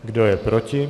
Kdo je proti?